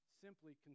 simply